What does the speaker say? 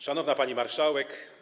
Szanowna Pani Marszałek!